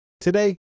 Today